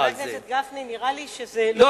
הכנסת גפני, א.